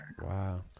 Wow